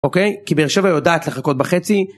אוקיי? כי באר שבע יודעת לחכות בחצי.